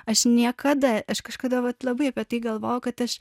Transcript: aš niekada aš kažkada vat labai apie tai galvojau kad aš